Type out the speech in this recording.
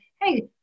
hey